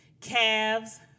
calves